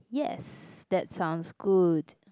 yes that sounds good